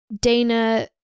Dana